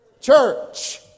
Church